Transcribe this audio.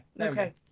Okay